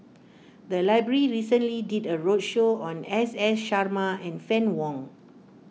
the library recently did a roadshow on S S Sarma and Fann Wong